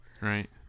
Right